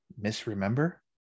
misremember